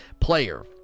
player